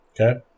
Okay